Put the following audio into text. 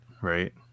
right